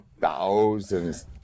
thousands